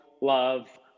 love